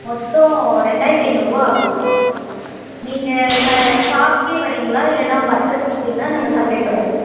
மொத்தம் ரெண்டாயிரத்து ஐந்நூறுரூவா ஆகுதும்மா நீங்கள் க ஷாப்கே வரீங்களா இல்லைனா உங்கள் அட்ரஸ் கொடுத்திங்கனா நாங்கள் சப்ளே பண்ணிவிடுவோம்